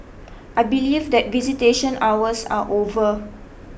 I believe that visitation hours are over